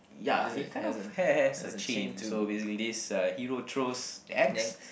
ya he kind of has has a chain so basically this hero throws axe